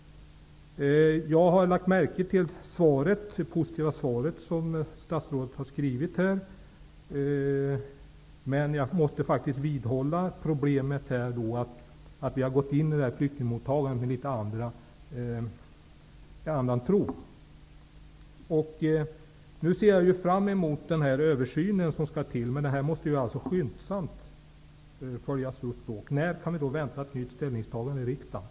Jag har lagt märke till att svaret som statsrådet har skrivit är positivt. Men jag måste faktiskt vidhålla att problemet är att vi har gått in i flyktingmottagandet i en litet annan tro. Nu ser jag fram emot den översyn som skall göras. Men den måste följas upp skyndsamt. När kan vi vänta ett nytt ställningstagande i riksdagen?